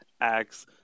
acts